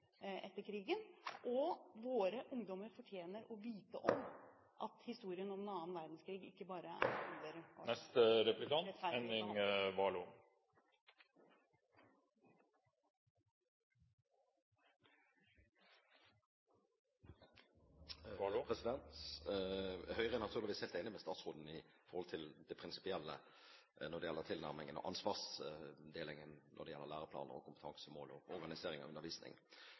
etter krigen, og våre ungdommer fortjener å vite om denne delen av historien om annen verdenskrig. Høyre er naturligvis helt enig med statsråden i det prinsipielle når det gjelder tilnærmingen til og ansvarsdelingen av læreplaner og kompetansemål og organisering av undervisning,